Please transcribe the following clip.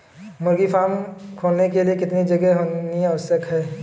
मुर्गी फार्म खोलने के लिए कितनी जगह होनी आवश्यक है?